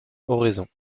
oraison